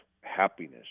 happiness